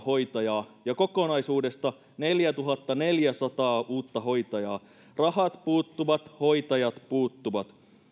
hoitajaa ja kokonaisuudesta neljätuhattaneljäsataa uutta hoitajaa rahat puuttuvat hoitajat puuttuvat